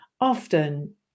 Often